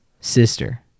sister